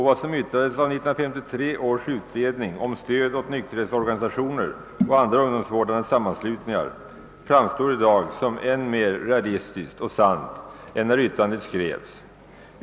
Vad som yttrades av 1953 års utredning om stöd åt nykterhetsorganisationer och andra ungdomsvårdande sammanslutningar framstår i dag som än mer realistiskt och sant än när yttrandet skrevs.